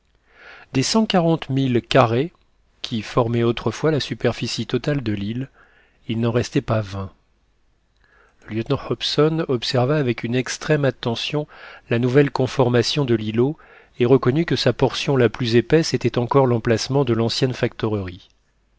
des cent quarante milles carrés qui formaient autrefois la superficie totale de l'île il n'en restait pas vingt le lieutenant hobson observa avec une extrême attention la nouvelle conformation de l'îlot et reconnut que sa portion la plus épaisse était encore l'emplacement de l'ancienne